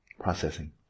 processing